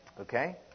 Okay